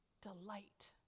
Delight